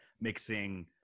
mixing